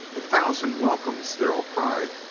a thousand welcomes! darrell cried,